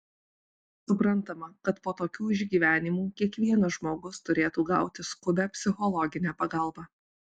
suprantama kad po tokių išgyvenimų kiekvienas žmogus turėtų gauti skubią psichologinę pagalbą